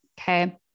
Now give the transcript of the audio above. Okay